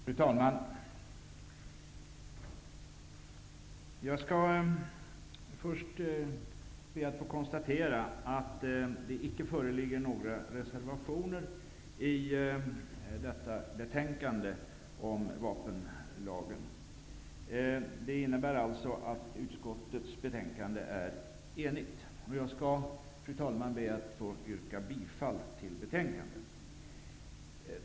Fru talman! Jag skall först be att få konstatera att det icke föreligger några reservationer i detta betänkande om vapenlagen. Det innebär alltså att utskottets betänkande är enigt. Fru talman! Jag yrkar bifall till utskottets hemställan i betänkandet.